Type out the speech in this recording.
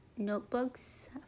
Notebooks